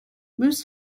moose